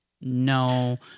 no